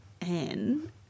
Anne